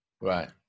Right